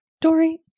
Dory